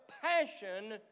passion